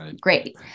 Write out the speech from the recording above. great